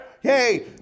Hey